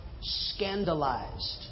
scandalized